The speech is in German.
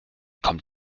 kommt